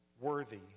worthy